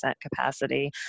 capacity